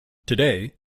today